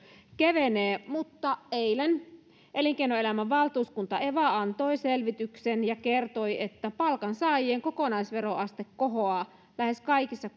kevenee mutta eilen elinkeinoelämän valtuuskunta eva antoi selvityksen ja kertoi että palkansaajien kokonaisveroaste kohoaa lähes kaikissa